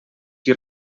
qui